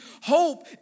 hope